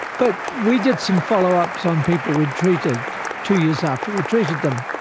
but we did some follow-ups on people we'd treated, two years after we treated them.